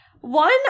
One